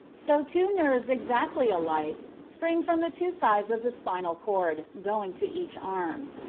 so two nerves exactly alike spring from the two sides of the spinal cord, going to each arm.